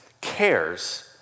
cares